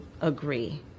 agree